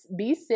B6